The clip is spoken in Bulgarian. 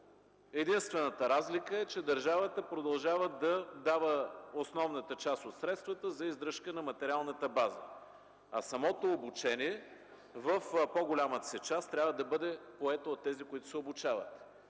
Единствената разлика е, че държавата продължава да дава основната част от средствата за издръжка на материалната база, а самото обучение в по-голямата си част трябва да бъде поето от тези, които се обучават